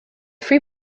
free